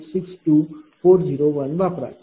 4862401 वापरा